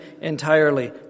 entirely